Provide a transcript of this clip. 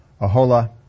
Ahola